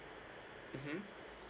mmhmm